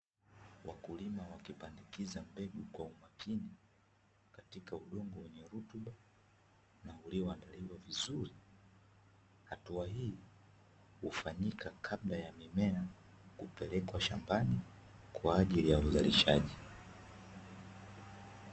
Wakulima wakipandikiza mbegu kwa umakini katika udongo wenye rutuba, na ulioandaliwa vizuri hatua hii hufanyika kabla ya mimea kupelekwa shambani kwa ajili ya uzalishaji.